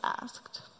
asked